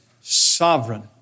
sovereign